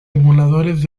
emuladores